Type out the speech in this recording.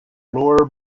laura